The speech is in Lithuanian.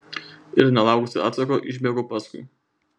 ir nelaukusi atsako išbėgau paskui